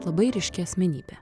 labai ryški asmenybė